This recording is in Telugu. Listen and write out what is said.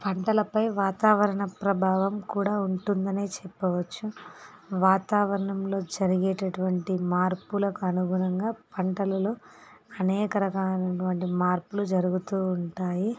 పంటలపై వాతావరణ ప్రభావం కూడా ఉంటుందనే చెప్పవచ్చు వాతావరణంలో జరిగేటటువంటి మార్పులకు అనుగుణంగా పంటలలో అనేక రకాలైనటువంటి మార్పులు జరుగుతూ ఉంటాయి